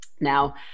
Now